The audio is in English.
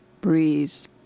Breeze